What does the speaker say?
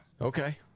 Okay